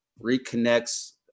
reconnects